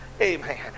Amen